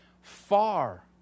far